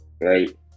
right